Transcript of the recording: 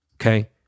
Okay